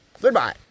Goodbye